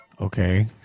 Okay